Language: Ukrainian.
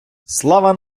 слава